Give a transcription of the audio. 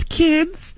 kids